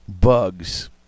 bugs